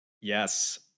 Yes